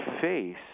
face